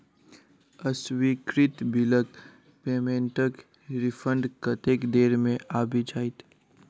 अस्वीकृत बिलक पेमेन्टक रिफन्ड कतेक देर मे आबि जाइत?